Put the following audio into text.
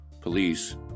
police